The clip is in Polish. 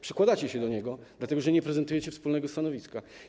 Przykładacie się do niego, dlatego że nie prezentujecie wspólnego stanowiska.